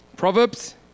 Proverbs